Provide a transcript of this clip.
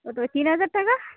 কত ওই তিন হাজার টাকা